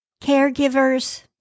caregivers